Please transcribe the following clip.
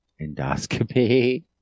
Endoscopy